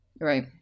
Right